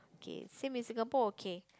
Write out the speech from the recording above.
K same in Singapore okay